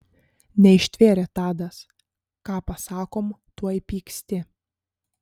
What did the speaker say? neištvėrė tadas ką pasakom tuoj pyksti